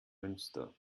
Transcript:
münster